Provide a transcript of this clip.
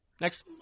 Next